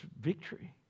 victory